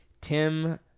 Tim